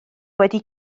wedi